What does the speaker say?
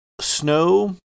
snow